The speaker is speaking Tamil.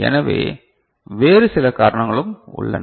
எனவே வேறு சில காரணங்களும் உள்ளன